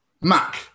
Mac